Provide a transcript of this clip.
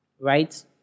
right